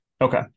Okay